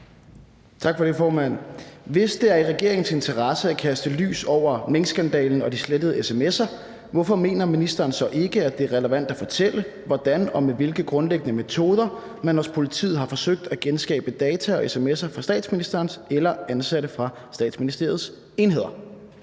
Hvis det er i regeringens interesse at kaste lys over minkskandalen og de slettede sms’er, hvorfor mener ministeren så ikke, at det er relevant at fortælle, hvordan og med hvilke grundlæggende metoder man hos politiet har forsøgt at genskabe data og sms’er fra statsministerens eller ansatte fra Statsministeriets enheder?